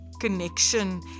connection